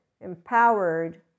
empowered